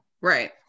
Right